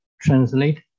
translate